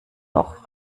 noch